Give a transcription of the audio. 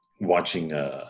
watching